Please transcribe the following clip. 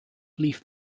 leaf